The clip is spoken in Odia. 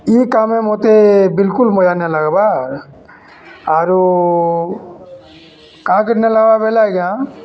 ଇ କାମ୍ରେ ମତେ ବିଲକୁଲ୍ ମଜା ନି ଲାଗ୍ବାର୍ ଆରୁ କାହାକେ ନାଇ ଲାଗ୍ବାର୍ ବେଲେ ଆଜ୍ଞା